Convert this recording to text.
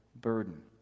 burden